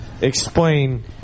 explain